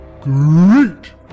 Great